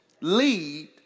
lead